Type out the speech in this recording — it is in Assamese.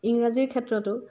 ইংৰাজীৰ ক্ষেত্ৰতো